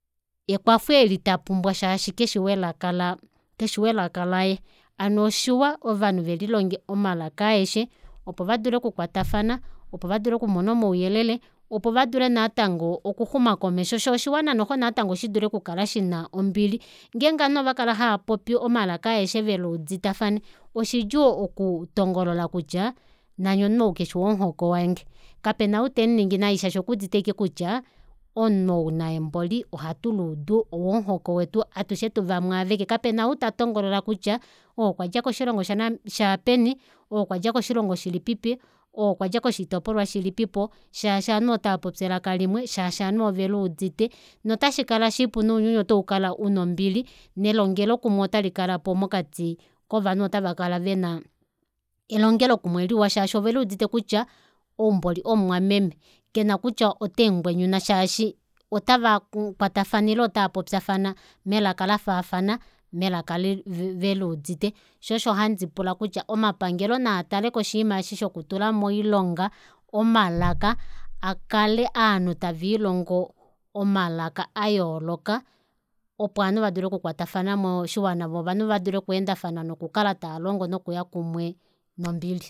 Ekwafo eli tapumbwa shaashi keshi welaka la keshi welaka laye hano oshiwa ovanhu velilonge omalaka aeshe opo vadule okukwatafana opo vadule okumona omauyelele opo vadule natango okuxuma komesho shoo oshiwana noxo natango shidule okukala shina ombili ngenge ovanhu ovakala haapopi omalaka aeshe veluuditafane oshidjuu okutongolola kutya nani omunhu ou keshi womuhoko wange kapena ou temuningi nai shaashi okuudite ashike kutya omunhu naye mboli ohatuluudu owomuhoko wetu atushe vamwaaveke kapena kapena outatongolola kutya ou okwadja koshilongo shaapeni ou okwadja koshilongo shilipipo oukwadja koshitopolwa shilipipo shaashi ovanhu otavapopi elaka limwe shaashi ovanhu oveluudite notashikala shipu nounyuni otaukala una ombili nelongelokumwe otalikalapo mokati kovanhu otava kala vena elongelo kumwe liwa shaashi oveluudite kutya ou mboli omumwameme kena kutya otemungwenyuna shaashi otava kwatafana ile otava popyafana melaka lafaafana melaka veluudite shoo osho handi pula kutya omapangelo naatale koshinima eshi shokutula moilong omalaka akale ovanhu tavelihongo omalaka ayooloka opo ovanhu vadule okukwatafana moshiwana voo ovanhu vadule okweendafana noku kala taalongo nokuya kumwe nombili